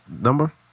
number